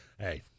Hey